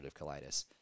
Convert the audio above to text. colitis